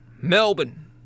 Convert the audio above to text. Melbourne